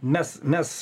nes mes